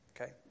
Okay